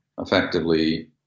effectively